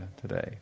today